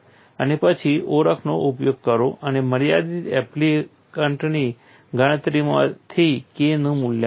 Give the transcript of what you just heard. અને પછી ઓળખનો ઉપયોગ કરો અને મર્યાદિત એલિમેન્ટની ગણતરીમાંથી K નું મૂલ્ય મેળવો